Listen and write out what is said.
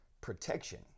protection